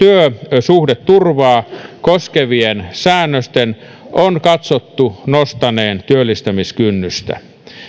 työsuhdeturvaa koskevien säännösten on katsottu nostaneen työllistämiskynnystä